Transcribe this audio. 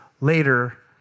later